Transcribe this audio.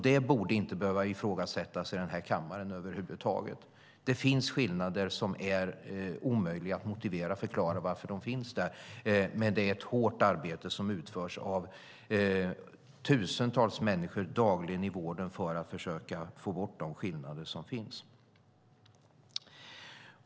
Det borde inte behöva ifrågasättas i den här kammaren över huvud taget. Det finns skillnader som är omöjliga att motivera och förklara varför de finns där, men det är ett hårt arbete som utförs av tusentals människor dagligen i vården för att försöka få bort de skillnader som finns.